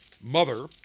mother